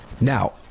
Now